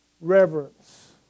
Reverence